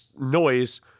noise